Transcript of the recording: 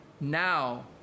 Now